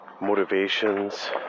motivations